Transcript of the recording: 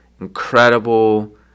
incredible